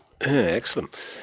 Excellent